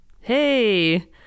Hey